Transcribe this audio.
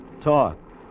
Talk